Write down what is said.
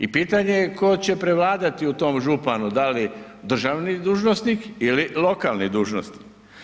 I pitanje je tko će prevladati u tom županu da li državni dužnosnik ili lokalni dužnosnik.